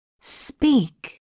Speak